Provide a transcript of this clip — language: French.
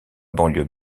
banlieue